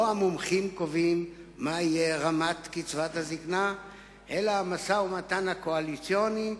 לא המומחים קובעים מה תהיה רמת קצבת הזיקנה אלא המשא-ומתן הקואליציוני,